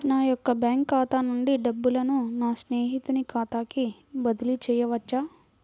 నా యొక్క బ్యాంకు ఖాతా నుండి డబ్బులను నా స్నేహితుని ఖాతాకు బదిలీ చేయవచ్చా?